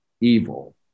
evil